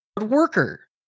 worker